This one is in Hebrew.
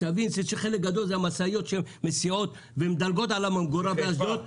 תבין שחלק גדול זה המשאיות שמסיעות ומדלגות על הממגורה באשדוד.